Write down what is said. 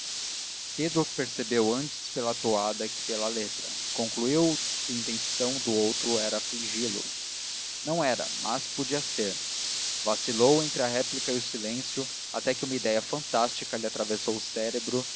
pedro percebeu antes pela toada que pela letra e concluiu que a intenção do outro era afligi lo não era mas podia ser vacilou entre a réplica e o silêncio até que uma ideia fantástica lhe atravessou o cérebro